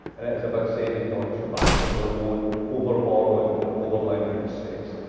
and it is about saving deutsch and bank from their own over borrowing and over lending mistakes.